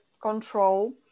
control